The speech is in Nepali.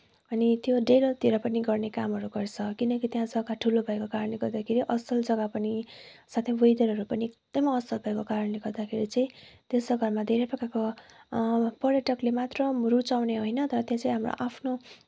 अनि त्यो डेलोतिर पनि गर्ने कामहरू गर्छ किनकि त्यहाँ जग्गा ठुलो भएको कारणले गर्दाखेरि असल जग्गा पनि साथै वेदरहरू पनि एकदमै असल भएको कारणले गर्दाखेरि चाहिँ त्यो सबहरूमा धेरै प्रकारको पर्यटकले मात्र रुचाउने होइन तर त्यो चाहिँ हाम्रो आफ्नो